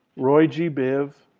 roy g. biv,